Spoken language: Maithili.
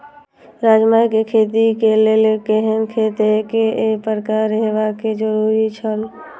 राजमा के खेती के लेल केहेन खेत केय प्रकार होबाक जरुरी छल?